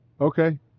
Okay